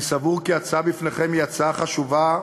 אני סבור כי ההצעה בפניכם היא הצעה חשובה,